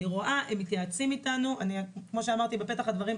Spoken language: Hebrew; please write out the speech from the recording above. כמו שאמרתי בפתח דבריי,